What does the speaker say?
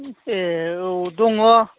ए औ दङ